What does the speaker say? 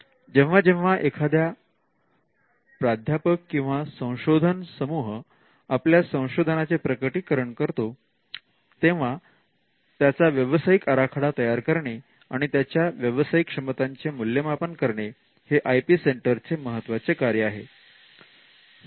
जेव्हा जेव्हा एखाद्या प्राध्यापक किंवा संशोधन समुह आपल्या संशोधनाचे प्रकटीकरण करतो तेव्हा त्याचा व्यावसायिक आराखडा तयार करणे आणि त्याच्या व्यावसायिक क्षमतांचे मूल्यमापन करणे हे आय पी सेंटरचे महत्त्वाचे कार्य आहे